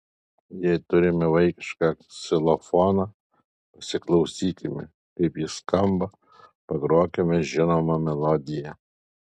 jei turime vaikišką ksilofoną pasiklausykime kaip jis skamba pagrokime žinomą melodiją